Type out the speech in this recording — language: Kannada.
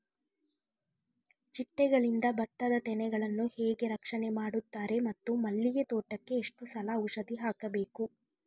ಚಿಟ್ಟೆಗಳಿಂದ ಭತ್ತದ ತೆನೆಗಳನ್ನು ಹೇಗೆ ರಕ್ಷಣೆ ಮಾಡುತ್ತಾರೆ ಮತ್ತು ಮಲ್ಲಿಗೆ ತೋಟಕ್ಕೆ ಎಷ್ಟು ಸಲ ಔಷಧಿ ಹಾಕಬೇಕು?